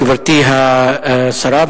גברתי השרה,